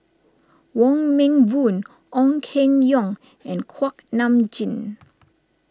Wong Meng Voon Ong Keng Yong and Kuak Nam Jin